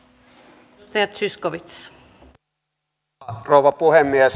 arvoisa rouva puhemies